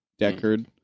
deckard